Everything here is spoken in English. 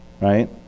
right